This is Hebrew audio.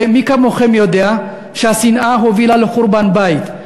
ומי כמוכם יודע שהשנאה הובילה לחורבן בית.